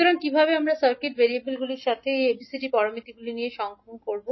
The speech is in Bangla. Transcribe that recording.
সুতরাং কীভাবে আমরা সার্কিট ভেরিয়েবলের সাথে এই ABCD প্যারামিটারগুলি সম্পর্কিত করব